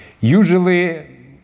Usually